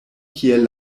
kiel